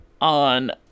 on